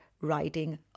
writing